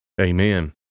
Amen